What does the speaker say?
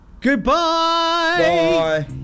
goodbye